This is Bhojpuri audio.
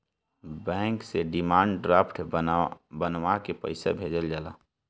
बैंक से डिमांड ड्राफ्ट बनवा के पईसा भेजल जाला